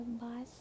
bus